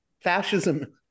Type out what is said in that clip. fascism